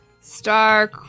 Star